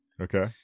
Okay